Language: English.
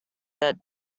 set